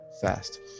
Fast